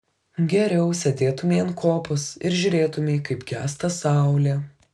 geriau sėdėtumei ant kopos ir žiūrėtumei kaip gęsta saulė